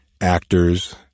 actors